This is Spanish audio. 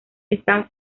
están